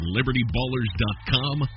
LibertyBallers.com